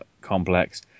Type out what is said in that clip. complex